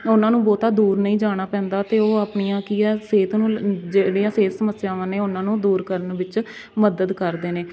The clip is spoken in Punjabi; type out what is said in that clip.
ਉਹਨਾਂ ਨੂੰ ਬਹੁਤਾ ਦੂਰ ਨਹੀਂ ਜਾਣਾ ਪੈਂਦਾ ਅਤੇ ਉਹ ਆਪਣੀਆਂ ਕੀ ਹੈ ਸਿਹਤ ਨੂੰ ਜਿਹੜੀਆਂ ਸਿਹਤ ਸਮੱਸਿਆਵਾਂ ਨੇ ਉਹਨਾਂ ਨੂੰ ਦੂਰ ਕਰਨ ਵਿੱਚ ਮਦਦ ਕਰਦੇ ਨੇ